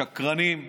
שקרנים,